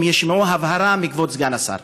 אם נשמע הבהרה מכבוד סגן השר.